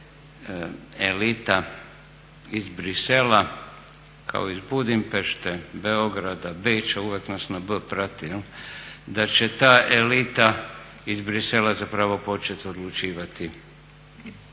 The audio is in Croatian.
da će ta elita iz Bruxellesa kao iz Budimpešte, Beograda, Beča uvijek nas na B prati jel, da će ta elita iz Bruxellesa zapravo početi odlučivati